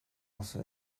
also